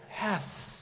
Yes